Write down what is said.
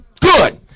Good